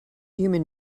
human